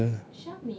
siapa sia